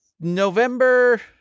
November